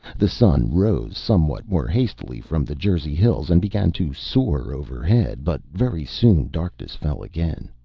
the sun rose somewhat more hastily from the jersey hills and began to soar overhead, but very soon darkness fell again.